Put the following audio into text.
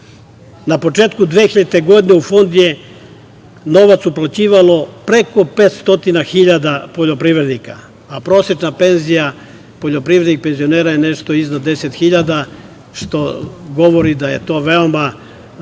Na početku 2000. godine u Fond je novac uplaćivalo preko 500.000 poljoprivrednika, a prosečna penzija poljoprivrednih penzionera je nešto iznad 10.000, što govori da je to veoma